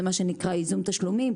זה מה שנקרא "ייזום תשלומים".